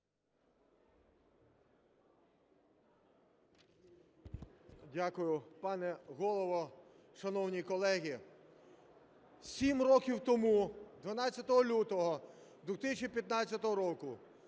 Дякую, пане Голово. Шановні колеги, сім років тому, 12 лютого 2015 року,